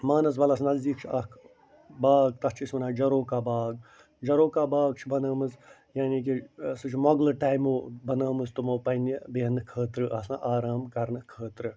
مانسبلس نزدیٖک چھِ اکھ باغ تَتھ چھِ أسۍ وَنو جروکا باغ جروکا باغ چھِ بنٲمٕژ یعنی کہِ سُہ چھُ مۄغلہٕ ٹایمو بنٲمٕژ تِمو پنٛنہِ بیٚہنہٕ خٲطرٕ آسان آرام کرنہٕ خٲطرٕ